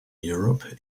europe